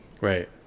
Right